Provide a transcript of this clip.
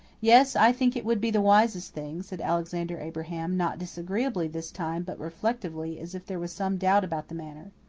yes, i think it would be the wisest thing, said alexander abraham not disagreeably this time, but reflectively, as if there was some doubt about the matter.